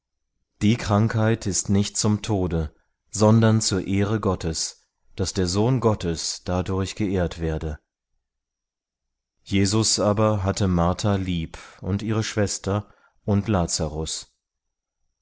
die krankheit ist nicht zum tode sondern zur ehre gottes daß der sohn gottes dadurch geehrt werde jesus aber hatte martha lieb und ihre schwester und lazarus